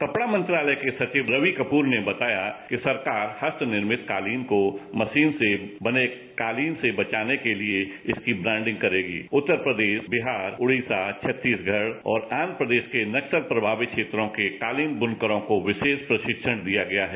कपड़ा मंत्रालय के सविव रवि कपूर ने बताया कि सरकार हस्त निर्मित कालीन को मशीन से बने कालीन से बचाने के लिए इसकी ब्रांडिंग करेगी उत्तर प्रदेश बिहार उड़ीसा छत्तीसगढ़ आंध्र प्रदेश के नक्सल प्रभावित क्षेत्रों के कालीन बुनकरों को विशेष प्रशिक्षण दिया गया है